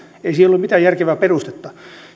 ei siihen ole mitään järkevää perustetta